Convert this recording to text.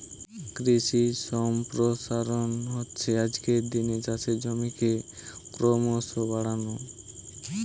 কৃষি সম্প্রসারণ হচ্ছে আজকের দিনে চাষের জমিকে ক্রোমোসো বাড়ানো